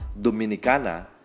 Dominicana